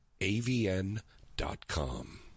avn.com